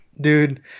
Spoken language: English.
dude